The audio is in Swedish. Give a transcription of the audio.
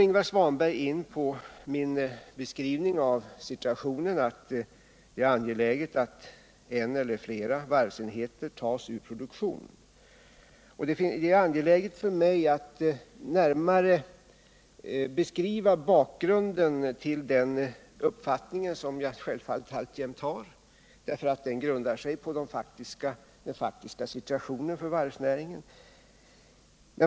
Ingvar Svanberg berörde sedan mitt uttalande att det är angeläget att en eller flera varvsenheter tas ur produktion. Det är angeläget för mig att närmare beskriva bakgrunden till den uppfattningen, som jag självfallet alltjämt har — den grundar sig på den faktiska situationen för varvsnäringen.